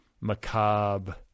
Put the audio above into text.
macabre